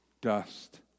dust